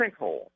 sinkhole